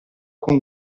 con